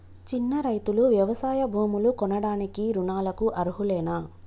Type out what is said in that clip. చిన్న రైతులు వ్యవసాయ భూములు కొనడానికి రుణాలకు అర్హులేనా?